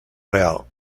real